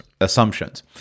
assumptions